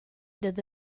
dad